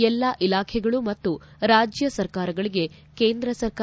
ಎಲ್ಲಾ ಇಲಾಖೆಗಳು ಮತ್ತು ರಾಜ್ಯ ಸರ್ಕಾರಗಳಿಗೆ ಕೇಂದ್ರ ಸರ್ಕಾರ ಸೂಚನೆ